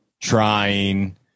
trying